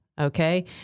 Okay